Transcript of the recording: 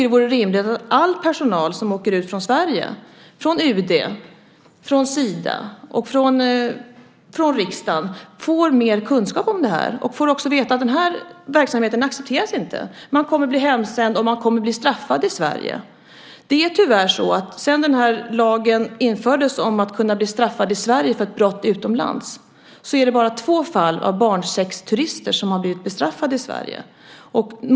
Det vore rimligt att all personal som åker ut från Sverige från UD, från Sida och från riksdagen får mer kunskap om detta. De ska veta att den verksamheten inte accepteras. De kommer att bli hemsända och straffade i Sverige. Sedan lagen infördes om att kunna bli straffad i Sverige för ett brott utomlands är det bara två fall av barnsexturism som har lett till straff i Sverige.